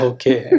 Okay